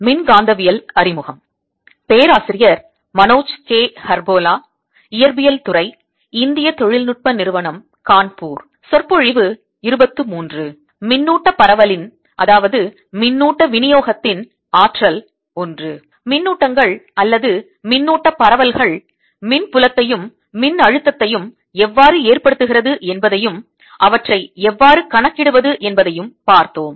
மின்னூட்ட பரவலின் விநியோகத்தின் ஆற்றல் - I மின்னூட்டங்கள் அல்லது மின்னூட்டப் பரவல்கள் மின்புலத்தையும் மின்னழுத்தத்தையும் எவ்வாறு ஏற்படுத்துகிறது என்பதையும் அவற்றை எவ்வாறு கணக்கிடுவது என்பதையும் பார்த்தோம்